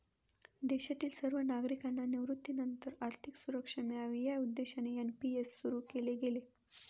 देशातील सर्व नागरिकांना निवृत्तीनंतर आर्थिक सुरक्षा मिळावी या उद्देशाने एन.पी.एस सुरु केले गेले